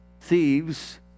thieves